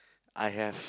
I have